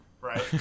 Right